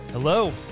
Hello